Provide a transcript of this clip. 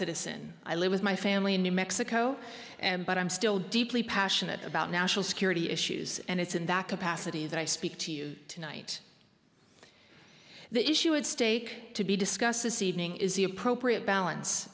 citizen i live with my family in new mexico and but i'm still deeply passionate about national security issues and it's in that capacity that i speak to you tonight the issue at stake to be discussed this evening is the appropriate balance